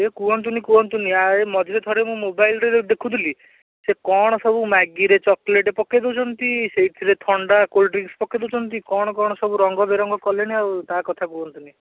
ସିଏ କୁହନ୍ତୁନି କୁହନ୍ତୁନି ଆଏ ମଝିରେ ଥରେ ମୁଁ ମୋବାଇଲ୍ ରେ ଦେଖୁଥିଲି ସେ କ'ଣ ସବୁ ମ୍ୟାଗିରେ ଚକୋଲେଟ୍ ପକେଇ ଦେଉଛନ୍ତି ସେଇଥିରେ ଥଣ୍ଡା କୋଲ୍ଡ଼୍ ଡ୍ରିଙ୍କ୍ସ୍ ପକେଇ ଦେଉଛନ୍ତି କ'ଣ କ'ଣ ସବୁ ରଙ୍ଗ ବେରଙ୍ଗ କଲେଣି ଆଉ ତା କଥା କୁହନ୍ତୁନି